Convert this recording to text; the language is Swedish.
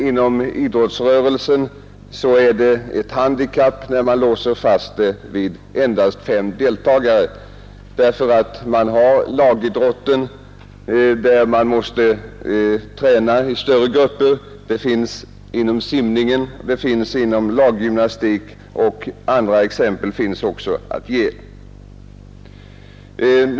Inom idrottsrörelsen innebär det ett handikapp att låsa fast bidraget vid endast fem deltagare. Inom lagidrotterna måste man träna i större grupper. Så är fallet för simning och laggymnastik. Andra exempel finns att ge.